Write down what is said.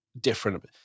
different